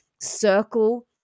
circle